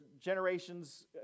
generations